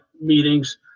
meetings